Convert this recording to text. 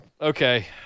Okay